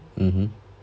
mmhmm